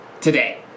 today